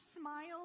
smile